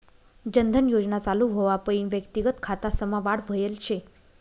जन धन योजना चालू व्हवापईन व्यक्तिगत खातासमा वाढ व्हयल शे